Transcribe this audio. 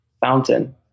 Fountain